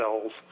cells